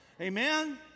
Amen